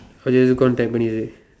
or you have to gone Tampines already